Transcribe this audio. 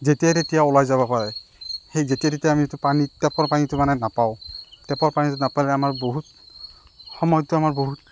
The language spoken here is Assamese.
যেতিয়াই তেতিয়াই ওলাই যাব পাৰে সেই যেতিয়াই তেতিয়াই আমি এ পানী টেপৰ পানীটো মানে নাপাওঁ টেপৰ পানীটো নাপালে আমাৰ বহুত সময়টো আমাৰ বহুত